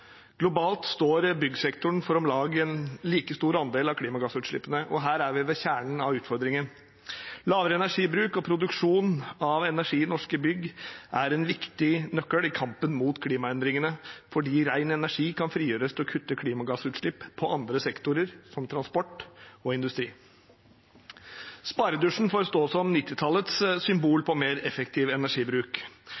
Globalt står byggsektoren for om lag en like stor andel av klimagassutslippene, og her er vi ved kjernen av utfordringen. Lavere energibruk og produksjon av energi i norske bygg er en viktig nøkkel i kampen mot klimaendringene, fordi ren energi kan frigjøres til å kutte klimagassutslipp på andre sektorer, som transport og industri. Sparedusjen får stå som 1990-tallets symbol